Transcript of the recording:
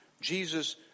Jesus